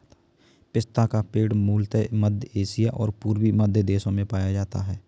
पिस्ता का पेड़ मूलतः मध्य एशिया और पूर्वी मध्य देशों में पाया जाता है